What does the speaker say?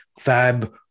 fab